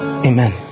Amen